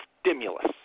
stimulus